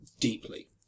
Deeply